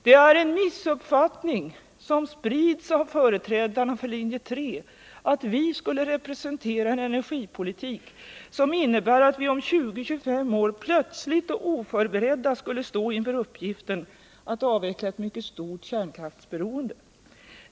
Det är en missuppfattning, som sprids av företrädarna för linje 3, att vi skulle representera en energipolitik som innebär att vi om 20-25 år plötsligt och oförberedda skulle stå inför uppgiften att avveckla ett mycket stort kärnkraftsberoende.